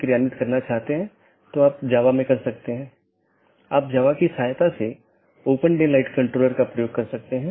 एक stub AS केवल स्थानीय ट्रैफ़िक ले जा सकता है क्योंकि यह AS के लिए एक कनेक्शन है लेकिन उस पार कोई अन्य AS नहीं है